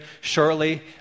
shortly